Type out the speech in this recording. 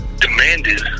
demanded